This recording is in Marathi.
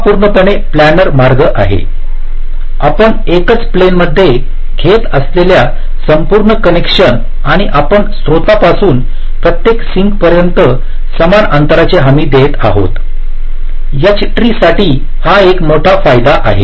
हा पूर्णपणे प्लानर मार्ग आहे आपण एकाच प्लेन मध्ये घेत असलेले संपूर्ण कनेक्शन आणि आपण स्त्रोतापासून प्रत्येक सिंक पर्यंत समान अंतराची हमी देत आहात H ट्री साठी हा एक मोठा फायदा आहे